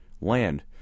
land